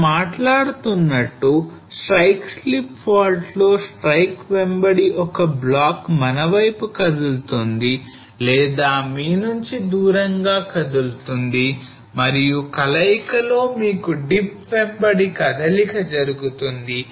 మనం మాట్లాడుతున్నట్టు strike slip fault లో strike వెంబడి ఒక బ్లాక్ మన వైపు కదులుతోంది లేదా మీ నుంచి దూరంగా కదులుతోంది మరియు కలయికలో మీకు dip వెంబడి కదలిక జరుగుతుంది